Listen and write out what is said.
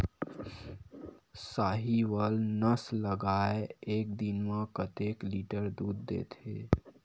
साहीवल नस्ल गाय एक दिन म कतेक लीटर दूध देथे?